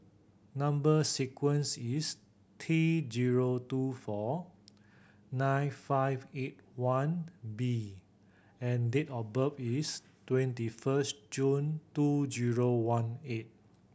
number sequence is T zero two four nine five eight one B and date of birth is twenty first June two zero one eight